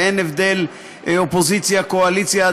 ואין הבדל אופוזיציה קואליציה,